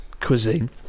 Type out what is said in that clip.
cuisine